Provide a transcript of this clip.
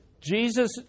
jesus